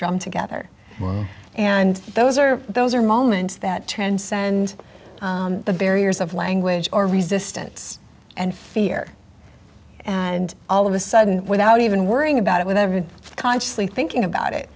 drum together and those are those are moments that transcend the barriers of language or resistance and fear and all of a sudden without even worrying about it with evan consciously thinking about it